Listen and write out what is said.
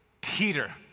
Peter